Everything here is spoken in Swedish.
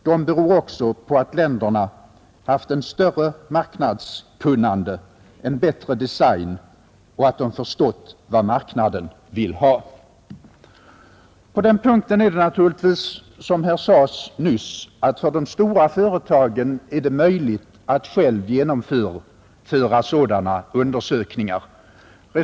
De beror också på att länderna haft ett större marknadskunnande, en bättre design, att de förstått vad marknaden vill ha.” På den punkten är det naturligtvis så, som här sades nyss, att för de stora företagen är det möjligt att själva genomföra sådana undersök jande åtgärder för textiloch-konfektionsindustrierna ningar.